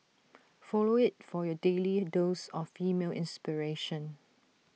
follow IT for your daily dose of female inspiration